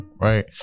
right